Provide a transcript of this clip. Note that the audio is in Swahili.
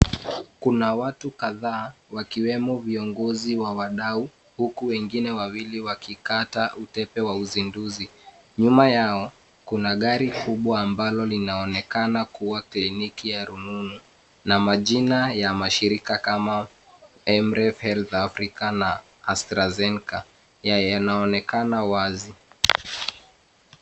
Kuna watu kadhaa wakiwemo viongozi wa wadau, huku wengine wawili wakikata utepe wa uzinduzi. Nyuma yao, kuna gari ya kubwa ambalo linaonekana kuwa kliniki ya rununu. Na majina ya mashirika kama AMREF Health Africa na AstraZeneca yanaonekana wazi.